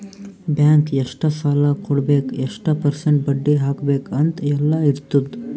bank ಎಷ್ಟ ಸಾಲಾ ಕೊಡ್ಬೇಕ್ ಎಷ್ಟ ಪರ್ಸೆಂಟ್ ಬಡ್ಡಿ ಹಾಕ್ಬೇಕ್ ಅಂತ್ ಎಲ್ಲಾ ಇರ್ತುದ್